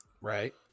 Right